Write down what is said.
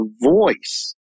voice